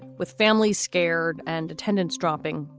with families scared and attendance dropping.